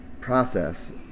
process